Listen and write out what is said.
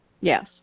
Yes